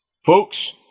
Folks